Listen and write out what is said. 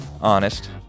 honest